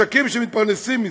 משקים שמתפרנסים מזה,